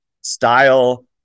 style